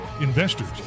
investors